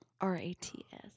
R-A-T-S